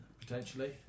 potentially